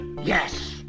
Yes